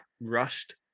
rushed